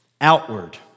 outward